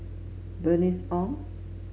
Bernice Ong